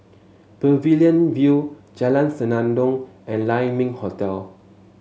Pavilion View Jalan Senandong and Lai Ming Hotel